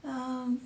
um